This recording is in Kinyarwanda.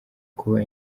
kuba